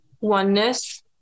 oneness